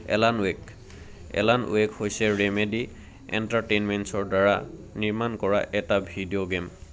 এলান Wake Alan Wake হৈছে Remedy এণ্টাৰটেইনমেণ্টৰদ্বাৰা নিৰ্মান কৰা এটা ভিডিঅ' গে'ম